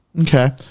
Okay